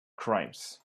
crimes